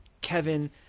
Kevin